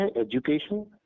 education